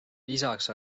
lisaks